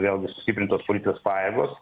vėl bus sustiprintos policijos pajėgos